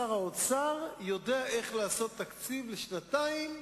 שר האוצר יודע איך לעשות תקציב לשנתיים,